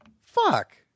Fuck